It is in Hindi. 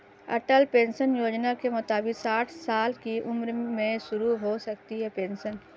अटल पेंशन योजना के मुताबिक साठ साल की उम्र में शुरू हो सकती है पेंशन